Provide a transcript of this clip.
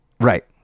right